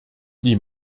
die